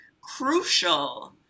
crucial